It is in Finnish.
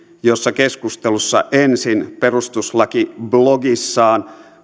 kun keskustelussa ensin perustuslakiblogissaan